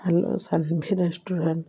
hello Sanvi restaurant